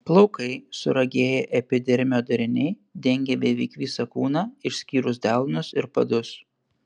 plaukai suragėję epidermio dariniai dengia beveik visą kūną išskyrus delnus ir padus